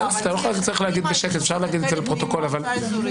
גם ליישובים האלה יהיה